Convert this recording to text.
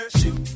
shoot